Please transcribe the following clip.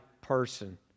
person